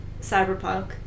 Cyberpunk